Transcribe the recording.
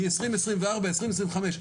מ-2024-2025.